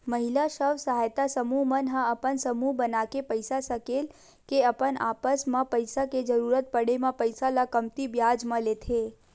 महिला स्व सहायता समूह मन ह अपन समूह बनाके पइसा सकेल के अपन आपस म पइसा के जरुरत पड़े म पइसा ल कमती बियाज म लेथे